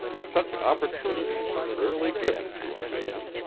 such opportunities are rarely given to a man.